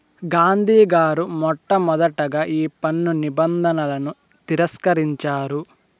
గాంధీ గారు మొట్టమొదటగా ఈ పన్ను నిబంధనలను తిరస్కరించారు